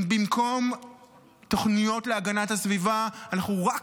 אם במקום תוכניות להגנת הסביבה אנחנו רק